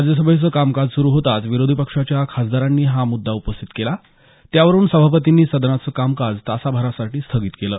राज्यसभेचं कामकाज सुरू होताच विरोधी पक्षाच्या खासदारांनी हा मुद्दा उपस्थित केला त्यावरून सभापतींनी सदनाचं कामकाज तासाभरासाठी स्थगित केलं